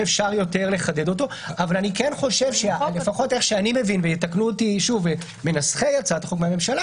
אבל אני כן חושב לפחות איך שאני מבין שההבנה של מנסחי החוק בממשלה